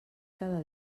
cada